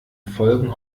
folgen